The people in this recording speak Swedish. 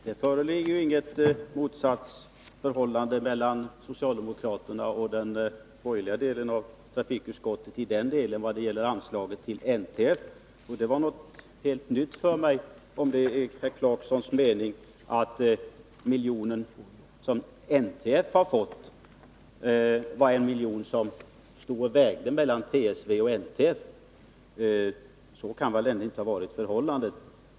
Herr talman! Det råder inget motsatsförhållande mellan socialdemokraterna och den borgerliga delen av trafikutskottet vad gäller anslaget till NTF, och det är något helt nytt för mig om det är herr Clarksons mening att miljonen som NTF har fått var en miljon som stod och vägde mellan TSV och NTF. Det kan väl ändå inte ha varit förhållandet.